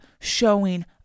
showing